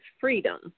freedom